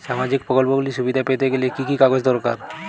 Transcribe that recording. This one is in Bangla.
সামাজীক প্রকল্পগুলি সুবিধা পেতে গেলে কি কি কাগজ দরকার?